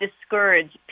discourage